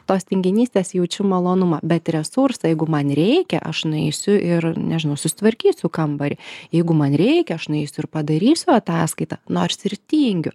tos tinginystės jaučiu malonumą bet resursą jeigu man reikia aš nueisiu ir nežinau susitvarkysiu kambarį jeigu man reikia aš nueisiu ir padarysiu ataskaitą nors ir tingiu